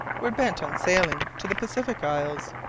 were bent on sailing to the pacific isles.